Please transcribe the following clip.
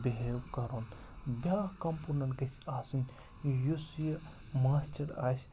بِہیو کَرُن بیٛاکھ کَمپونَن گَژھِ آسٕنۍ یُس یہِ ماسٹَر آسہِ